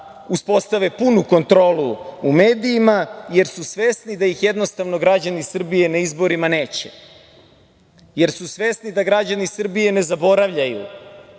uspostave punu kontrolu u medijima, jer su svesni da ih jednostavno građani Srbije na izborima neće. Svesni su da građani Srbije ne zaboravljaju